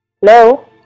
Hello